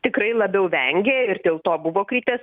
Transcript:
tikrai labiau vengė ir dėl to buvo kritę